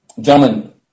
Gentlemen